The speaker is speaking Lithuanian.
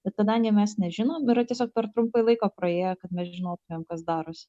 bet kadangi mes nežinom yra tiesiog per trumpai laiko praėję kad mes žinotumėm kas darosi